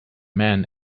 men